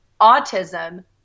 autism